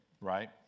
Right